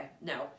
no